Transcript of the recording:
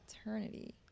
eternity